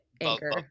anchor